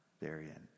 therein